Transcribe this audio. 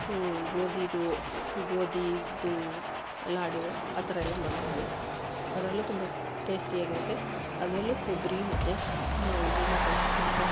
ಹ್ಞೂ ಗೋಧಿದು ಗೋಧಿದು ಲಾಡು ಆ ಥರ ಎಲ್ಲ ಮಾಡ್ತೀನಿ ಅದರಲ್ಲು ತುಂಬ ಟೇಸ್ಟಿಯಾಗಿರುತ್ತೆ ಅದರಲ್ಲೂ ಕೊಬ್ಬರಿ ಮತ್ತು ಬೆಣ್ಣೆ ಕಾಯಿಸಿದ ತುಪ್ಪ